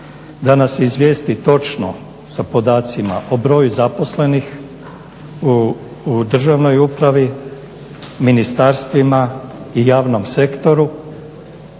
da nas izvijesti točno o podacima o broju zaposlenih u državnoj upravi, ministarstvima i javnom sektoru